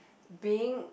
being